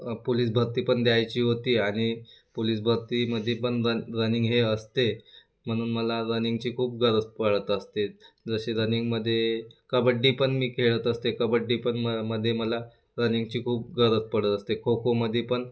police भर्ती पण घ्यायची होती आणि पोलीस भर्तीमध्ये पण रन रनिंग ही असते म्हणून मला रनिंगची खूप गरज पडत असते जसे रनिंगमध्ये कबड्डी पण मी खेळत असते कबड्डी पण म मध्ये मला रनिंगची खूप गरज पडत असते खोखोमध्ये पण